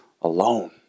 alone